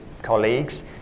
colleagues